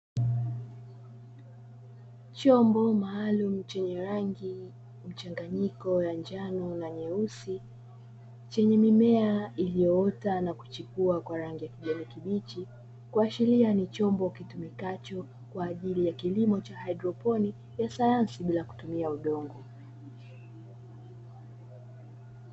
Chombo maalum chenye rangi mchanganyiko wa njano na nyeusi, chenye mimea iliyoota na kuchipua kwa rangi ya kijani kibichi, kuashiria ni chombo kitumikacho kwaajili ya kilimo cha hdroponi cha sayansi bila kutumia udongo.